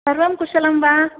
सर्वं कुशलं वा